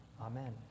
Amen